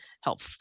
help